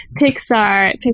Pixar